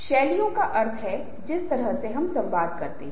अब समूह निर्णय लेने से लोगों के बीच बड़े संबंध होते हैं